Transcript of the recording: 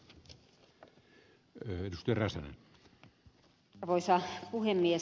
arvoisa puhemies